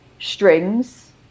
strings